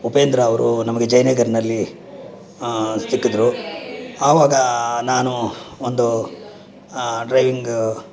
ಉಪೇಂದ್ರ ಅವರು ನಮಗೆ ಜಯನಗರ್ನಲ್ಲಿ ಸಿಕ್ಕಿದ್ದರು ಆವಾಗ ನಾನು ಒಂದು ಡ್ರೈವಿಂಗ್